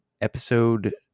episode